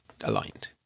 aligned